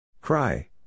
Cry